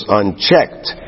unchecked